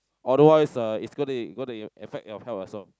otherwise uh it's gonna gonna affect your health also